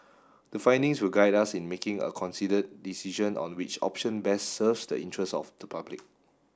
the findings will guide us in making a considered decision on which option best serves the interests of the public